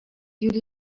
you